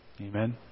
Amen